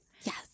Yes